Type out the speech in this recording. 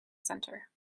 center